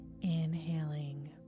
Inhaling